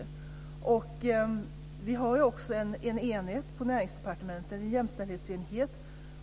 Det finns också en jämställdhetsenhet på Näringsdepartementet.